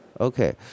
Okay